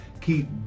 keep